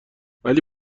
ولی